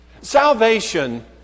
Salvation